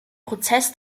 prozess